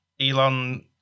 Elon